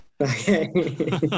Okay